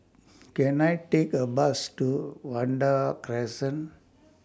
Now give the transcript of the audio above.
Can I Take A Bus to Vanda Crescent